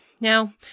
Now